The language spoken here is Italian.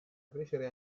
crescere